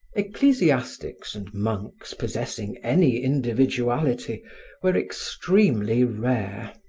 ecclesiastics and monks possessing any individuality were extremely rare.